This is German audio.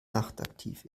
nachtaktiv